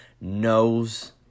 knows